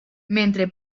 mentre